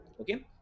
okay